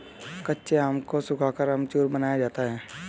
कच्चे आम को सुखाकर अमचूर बनाया जाता है